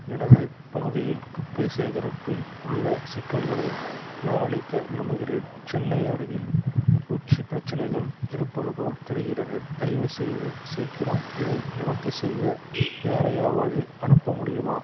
எனது பகுதியில் குப்பை சேகரிப்பில் உள்ள சிக்கல்களைப் புகாரளிக்க விரும்புகிறேன் சென்னை அருகில் பூச்சி பிரச்சனைகள் இருப்பது போல் தெரிகிறது தயவு செய்து சீக்கிரம் இதை நிவர்த்தி செய்ய யாரையாவது அனுப்ப முடியுமா